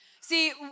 See